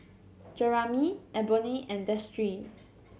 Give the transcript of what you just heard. Jeramy Eboni and Destry